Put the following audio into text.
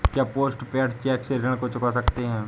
क्या post paid cheque से ऋण को चुका सकते हैं?